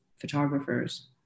Photographers